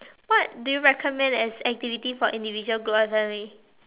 what do you recommend as activity for individual group or family